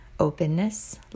Openness